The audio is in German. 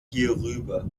hierüber